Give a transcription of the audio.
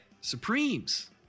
Supremes